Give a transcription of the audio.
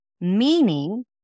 meaning